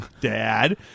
dad